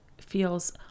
feels